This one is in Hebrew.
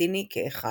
הפלסטיני כאחד.